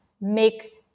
make